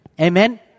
Amen